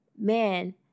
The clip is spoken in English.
man